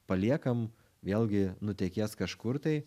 paliekam vėlgi nutekės kažkur tai